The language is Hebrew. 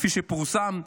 כפי שפורסם,